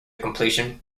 completion